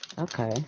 Okay